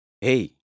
Hey